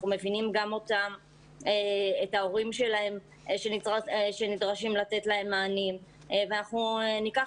אנחנו מבינים גם אותם ואת ההורים שלהם שנדרשים לתת להם מענה ואנחנו ניקח